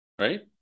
right